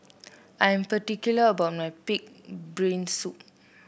I'm particular about my pig brain soup